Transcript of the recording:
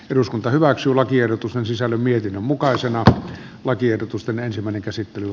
eduskunta hyväksyy lakiehdotus on sisällön mietinnön nyt päätetään lakiehdotusten ensimmäinen käsittely